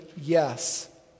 yes